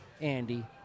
Andy